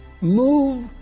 move